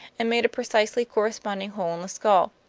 and made a precisely corresponding hole in the skull.